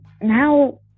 now